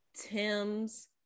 Tim's